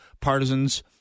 partisans